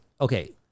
Okay